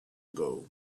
ago